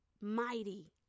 mighty